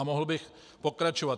Mohl bych pokračovat.